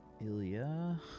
Ilya